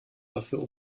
dafür